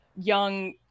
young